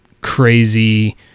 crazy